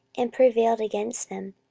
and prevailed against them.